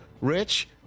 Rich